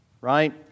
right